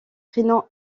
prénoms